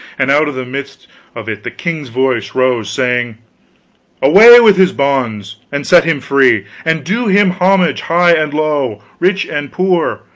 and out of the midst of it the king's voice rose, saying away with his bonds, and set him free! and do him homage, high and low, rich and poor,